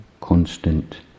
constant